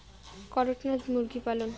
করকনাথ মুরগি পালন?